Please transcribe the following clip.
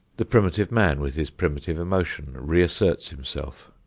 the primitive man with his primitive emotion reasserts himself.